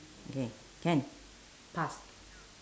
okay can pass